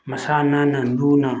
ꯃꯁꯥ ꯅꯥꯟꯅ ꯂꯨꯅ